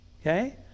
Okay